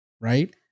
right